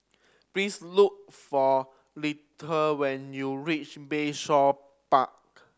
please look for Lettie when you reach Bayshore Park